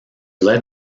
led